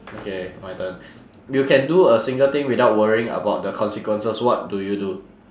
okay my turn you can do a single thing without worrying about the consequences what do you do